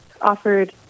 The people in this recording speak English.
offered